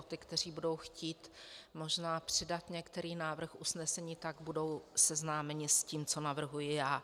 Ti, kteří budou chtít možná přidat některý návrh usnesení, tak budou seznámeni s tím, co navrhuji já.